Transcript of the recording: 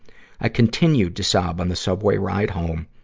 i continued to sob on the subway ride home,